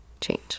change